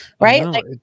right